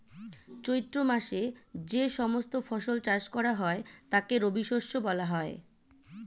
চৈত্র মাসে যে সমস্ত ফসল চাষ করা হয় তাকে রবিশস্য বলা হয়